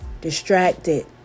distracted